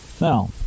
Now